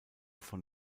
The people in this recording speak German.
von